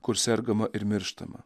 kur sergama ir mirštama